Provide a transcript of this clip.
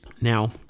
Now